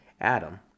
Adam